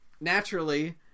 Naturally